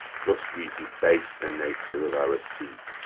thus we debase the nature of our seats,